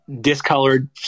discolored